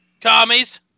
Commies